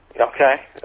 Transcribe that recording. Okay